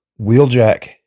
Wheeljack